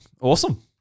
Awesome